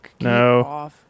no